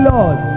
Lord